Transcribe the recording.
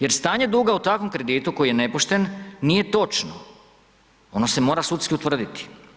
Jer stanje duga u takvom kreditu koji je nepošten nije točno, ono se mora sudski utvrditi.